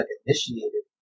initiated